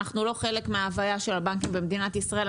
אנחנו לא חלק מהוויה של הבנקים במדינת ישראל.